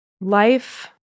life